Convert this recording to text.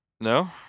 No